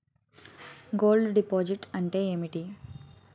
Gold deposit అంతే ఎంటి?